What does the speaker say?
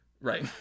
Right